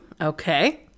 Okay